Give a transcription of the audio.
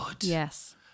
Yes